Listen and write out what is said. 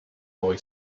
boy